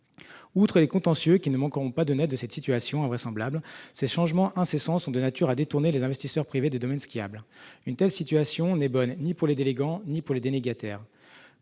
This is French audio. Outre les contentieux qui ne manqueront pas de naître de cette situation invraisemblable, ces changements incessants sont de nature à détourner les investisseurs privés des domaines skiables. Une telle situation n'est bonne ni pour les délégants ni pour les délégataires.